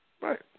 Right